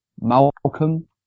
Malcolm